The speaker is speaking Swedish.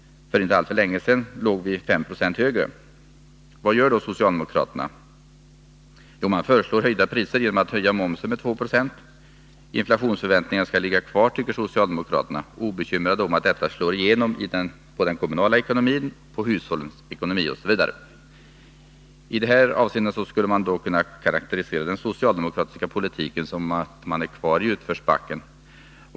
För inte alltför länge sedan var den 5 90 högre. Vad gör då socialdemokraterna? Jo, de föreslår höjda priser genom en höjning av momsen med 226. Inflationsförväntningarna skall ligga kvar, tycker socialdemokraterna — obekymrade om att detta slår igenom på den kommunala ekonomin, hushållens ekonomi osv. I de här avseendena skulle man kunna karakterisera den socialdemokratiska politiken så att den är ”kvar i utförsbacken”.